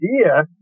idea